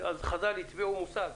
אז חז"ל טבעו מושג,